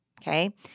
Okay